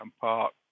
Park